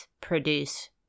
produce